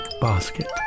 basket